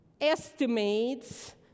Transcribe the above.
estimates